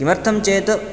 किमर्थं चेत्